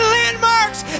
landmarks